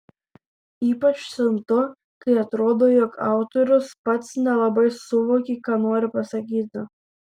ypač siuntu kai atrodo jog autorius pats nelabai suvokė ką nori pasakyti